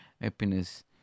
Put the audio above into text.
happiness